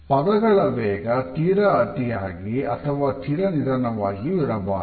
ಪದಗಳ ವೇಗ ತೀರಾ ಅತಿಯಾಗಿ ಅಥವಾ ತೀರಾ ನಿಧಾನವಾಗಿಯೂ ಇರಬರಾದು